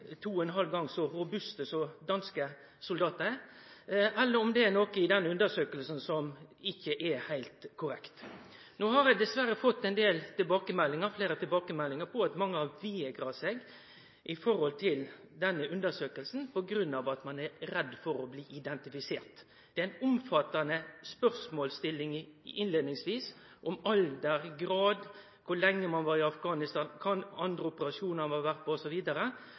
to og ein halv gong så robuste som danske soldatar, eller om det er noko i denne undersøkinga som ikkje er heilt korrekt. No har eg dessverre fått fleire tilbakemeldingar på at mange har vegra seg mot denne undersøkinga på grunn av at ein er redd for å bli identifisert. Det er innleiingsvis ei omfattande spørsmålsstilling om alder, grad, kor lenge ein var i Afghanistan, kva for andre operasjonar ein har vore med på